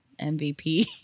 MVP